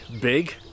big